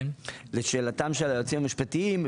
לשאלתם של היועצים המשפטיים,